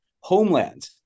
homeland